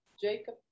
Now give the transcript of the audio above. Jacob